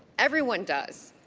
everyone does.